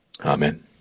Amen